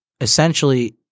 Essentially